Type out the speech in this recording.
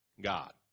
God